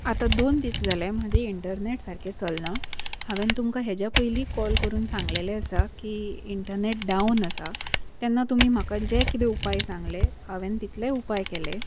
आतां दोन दीस जाले म्हाजे इंटरनॅट सारकें चलना हांवेन तुमकां हेज्या पयलीं कॉल करून सांगलेले आसा की इंटरनॅट डावन आसा तेन्ना तुमी म्हाका जें कितें उपाय सांगले हांवेन तितलेय उपाय केले